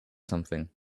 something